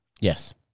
Yes